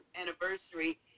anniversary